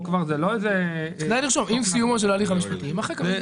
כדאי לכתוב: "עם סיומו של ההליך המשפטי יימחק המידע".